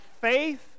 faith